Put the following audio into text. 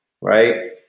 right